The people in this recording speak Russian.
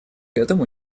этому